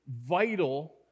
vital